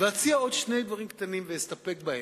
אציע עוד שני דברים קטנים, ואסתפק בהם.